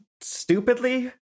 stupidly